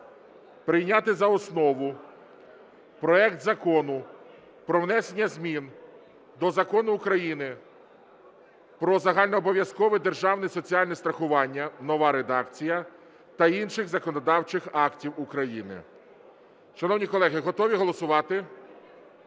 прийняти за основу проект Закону про внесення змін до Закону України "Про загальнообов’язкове державне соціальне страхування" (нова редакція) та інших законодавчих актів України. Шановні колеги, готові голосувати?